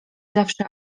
zawsze